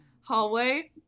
hallway